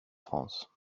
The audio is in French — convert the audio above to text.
france